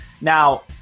Now